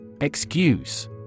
Excuse